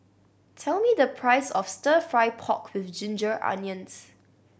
tell me the price of Stir Fry pork with ginger onions